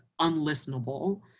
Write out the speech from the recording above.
unlistenable